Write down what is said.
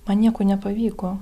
man nieko nepavyko